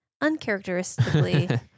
uncharacteristically